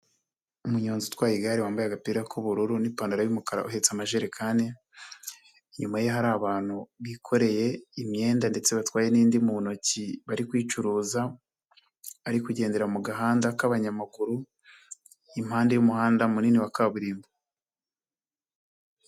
Umunyonzi utwaye igare wambaye agapira k'ubururu n'ipantaro y'umukara, ahetse amajerekani, inyuma ye hari abantu bikoreye imyenda ndetse batwaye n'indi mu ntoki bari kwicuruza, ari kugendera mu gahanda k'abanyamaguru, impande y'umuhanda munini wa kaburimbo.